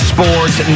Sports